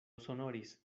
sonoris